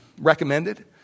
recommended